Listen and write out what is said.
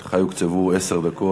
לך יוקצבו עשר דקות.